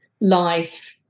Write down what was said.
life